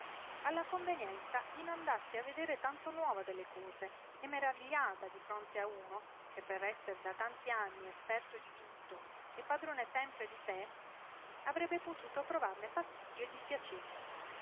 alla convenienza di non darsi a vedere tanto nuova delle cose e maravigliata di fronte a uno che per esser da tanti anni esperto di tutto e padrone sempre di sé avrebbe potuto provarne fastidio e dispiacere